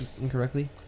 incorrectly